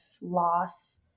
loss